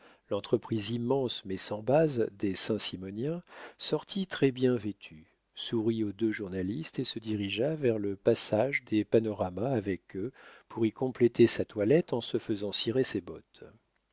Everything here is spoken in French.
l'entreprise immense mais sans base des saint simoniens sortit très-bien vêtu sourit aux deux journalistes et se dirigea vers le passage des panoramas avec eux pour y compléter sa toilette en se faisant cirer ses bottes